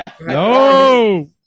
No